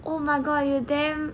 oh my god you damn